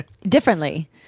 differently